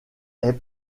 est